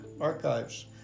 Archives